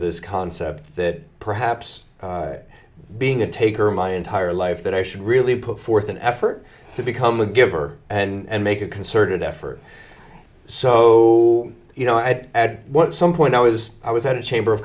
this concept that perhaps being a taker my entire life that i should really put forth an effort to become a giver and make a concerted effort so you know i had at what some point i was i was at a chamber of